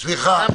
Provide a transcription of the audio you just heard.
סליחה, סליחה.